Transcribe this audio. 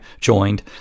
joined